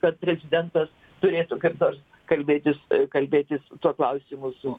kad prezidentas turėtų kaip nors kalbėtis kalbėtis tuo klausimu su